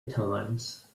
times